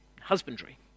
husbandry